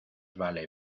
vale